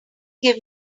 give